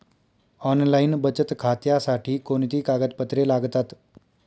Online बचत खात्यासाठी कोणती कागदपत्रे लागतात?